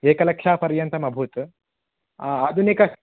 एकलक्षपर्यन्तं अभूत् अभिलेखः